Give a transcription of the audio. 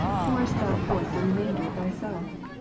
pourest thou forth the remainder of thyself?